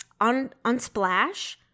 Unsplash